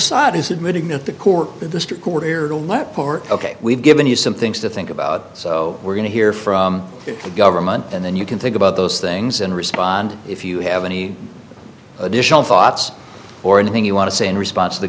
side is admitting that the court the courtier don't let part ok we've given you some things to think about so we're going to hear from the government and then you can think about those things and respond if you have any additional thoughts or anything you want to say in response to the